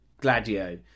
Gladio